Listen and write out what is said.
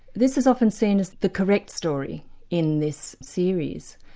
this is often seen as the correct story in this series.